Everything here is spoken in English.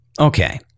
Okay